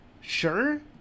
sure